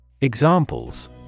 Examples